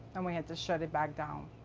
and we had to shut it back down.